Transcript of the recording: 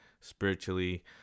spiritually